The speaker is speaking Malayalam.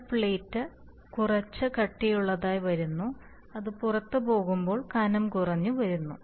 ചില പ്ലേറ്റ് കുറച്ച് കട്ടിയുള്ളതായി വരുന്നു അത് പുറത്തുപോകുമ്പോൾ കനം കുറഞ്ഞു വരുന്നു